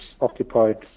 occupied